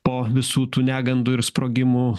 po visų tų negandų ir sprogimų